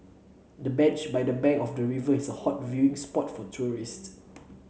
the bench by the bank of the river is a hot viewing spot for tourists